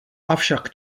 avšak